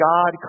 God